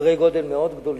בסדרי גודל מאוד גדולים.